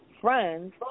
friends